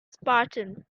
spartan